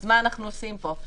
אז מה אנחנו עושים פה?